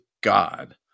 God